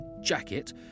jacket